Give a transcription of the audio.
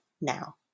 now